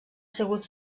sigut